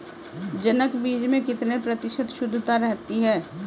जनक बीज में कितने प्रतिशत शुद्धता रहती है?